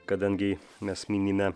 kadangi mes minime